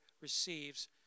receives